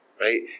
right